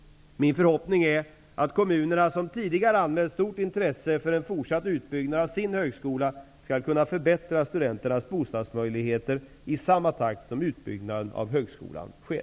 Min förhoppning är att kommunerna, som tidigare anmält stort intresse för en fortsatt utbyggnad av ''sin'' högskola, skall kunna förbättra studenternas bostadsmöjligheter i samma takt som utbyggnaden av högskolan sker.